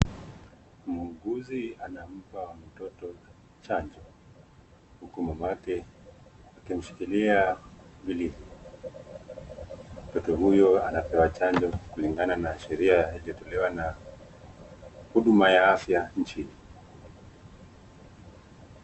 Muuguzi anampa mtoto chanjo, huku mama yake akimshikilia vilivyo. Mtoto huyo anapewa chanjo kulingana na sheria iliyotolewa na huduma ya afya nchini.